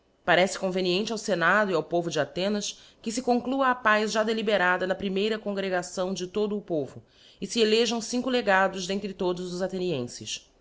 parece conveniente ao fenado e ao povo de athenas que fe conclua a paz já deliberada na primeira congregação de todo o povo e fe elejam cinco legados d'entre todos os athenienfes os